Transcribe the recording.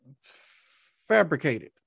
fabricated